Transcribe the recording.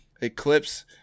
Eclipse